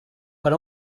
per